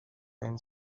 and